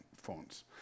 phones